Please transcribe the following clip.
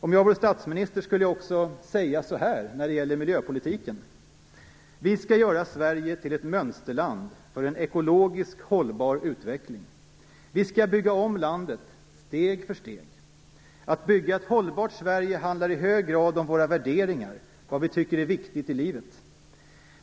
Om jag vore statsminister skulle jag också säga så här när det gäller miljöpolitiken: Vi skall göra Sverige till ett mönsterland för en ekologiskt hållbar utveckling. Vi skall bygga om landet steg för steg. Att bygga ett hållbart Sverige handlar i hög grad om våra värderingar, vad vi tycker är viktigt i livet.